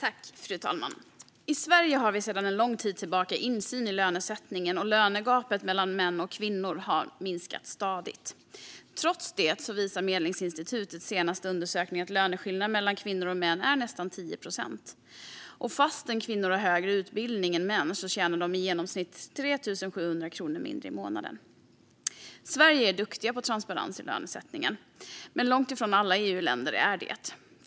Fru talman! I Sverige har vi sedan lång tid tillbaka insyn i lönesättningen, och lönegapet mellan män och kvinnor har stadigt minskat. Trots det visar Medlingsinstitutets senaste undersökning att löneskillnaden mellan kvinnor och män är nästan 10 procent. Fastän kvinnor har högre utbildning än män tjänar de i genomsnitt 3 700 kronor mindre i månaden. Sverige är duktiga på transparens i lönesättningen, men långt ifrån alla EU-länder är det.